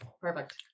Perfect